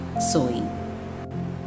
sewing